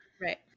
right